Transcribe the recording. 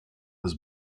has